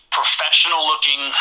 professional-looking